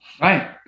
Right